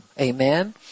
Amen